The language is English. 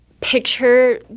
picture